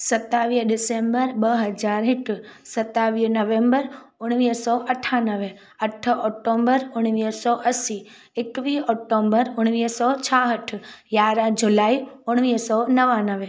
सतावीह डिसैम्बर ॿ हज़ार हिक सतावीह नवैम्बर उणिवीह सौ अठानवे अठ ऑक्टोम्बर उणिवीह सौ असी एकवीह ऑक्टोम्बर उणिवीअ सौ छहाठ यारहं जूलाई उणिवीह सौ नवानवे